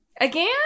Again